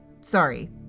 sorry